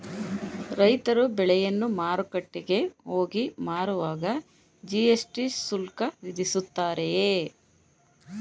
ರೈತರು ಬೆಳೆಯನ್ನು ಮಾರುಕಟ್ಟೆಗೆ ಹೋಗಿ ಮಾರುವಾಗ ಜಿ.ಎಸ್.ಟಿ ಶುಲ್ಕ ವಿಧಿಸುತ್ತಾರೆಯೇ?